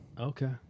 Okay